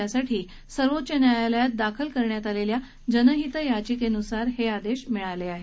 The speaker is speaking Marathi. यासाठी सर्वोच्च न्यायालयात दाखल करण्यात आलेल्या जनहीत याचिकेन्सार हे आदेश प्राप्त झाले आहेत